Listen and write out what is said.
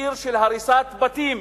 מחיר של הריסת בתים